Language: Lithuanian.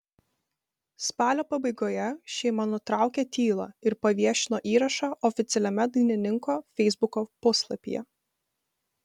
spalio pabaigoje šeima nutraukė tylą ir paviešino įrašą oficialiame dainininko feisbuko puslapyje